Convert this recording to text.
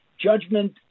Judgment